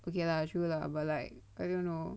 ok lah true lah but like I don't know